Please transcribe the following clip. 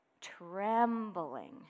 trembling